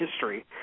history